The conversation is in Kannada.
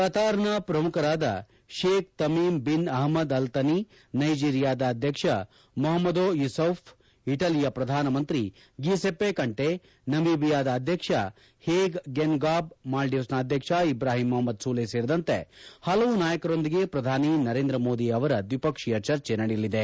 ಕತಾರ್ನ ಪ್ರಮುಖರಾದ Sheikh Tamim bin Ahmad Al Thani ನೈಜಿರಿಯಾದ ಅಧ್ಯಕ್ಷ ಮಹಮದೋ ಇಸೌಫ್ ಇಟಲಿಯ ಪ್ರಧಾನಮಂತ್ರಿ ಗೀಸೆಪ್ಪೆ ಕಂಟೆ ನಮೀಬಿಯಾದ ಅಧ್ಯಕ್ಷ ಹೇಗ್ ಗೆನ್ಗಾಬ್ ಮಾಲ್ವೀವ್ಸ್ನ ಅಧ್ಯಕ್ಷ ಇಬ್ರಾಹಿಂ ಮಹಮದ್ ಸೊಲೆ ಸೇರಿದಂತೆ ಹಲವು ನಾಯಕರೊಂದಿಗೆ ಶ್ರಧಾನಿ ನರೇಂದ್ರ ಮೋದಿ ಅವರ ದ್ವಿಪಕ್ಸೀಯ ಚರ್ಚೆ ನಡೆಯಲಿದೆ